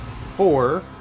four